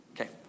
Okay